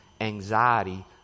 anxiety